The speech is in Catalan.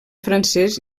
francès